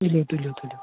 تُلِو تُلِو تُلِو